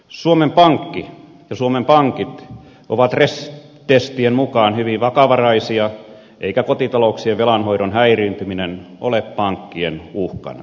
suomen pankki ja suomen pankit ovat stressitestien mukaan hyvin vakavaraisia eikä kotitalouksien velanhoidon häiriintyminen ole pankkien uhkana